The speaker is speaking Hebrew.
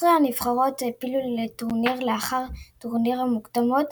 נבחרות העפילו לטורניר לאחר טורניר מוקדמות,